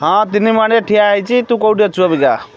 ହଁ ତିନି ମାଣିରେ ଠିଆ ହୋଇଛି ତୁ କେଉଁଠି ଅଛୁ ଅବିକା